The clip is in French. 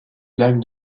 lac